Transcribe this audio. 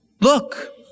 Look